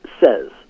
says